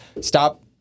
stop